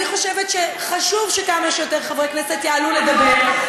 אני חושבת שחשוב שכמה שיותר חברי כנסת יעלו לדבר,